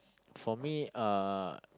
for me uh